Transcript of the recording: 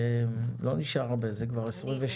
לא נשאר הרבה זמן לדיון.